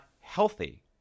healthy